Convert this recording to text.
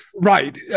Right